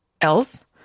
else